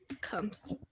comes